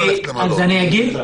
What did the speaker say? ללכת למלון?